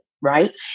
right